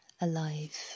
alive